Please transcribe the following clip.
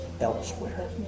elsewhere